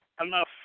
enough